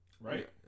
right